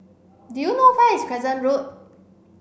do you know where is Crescent Road